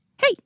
hey